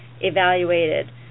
evaluated